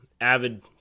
avid